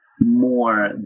more